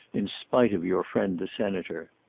in spite of your friend the senator.